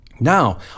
Now